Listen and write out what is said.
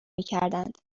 کردند